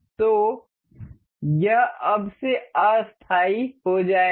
तो यह अब से अस्थायी हो जाएगा